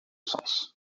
sens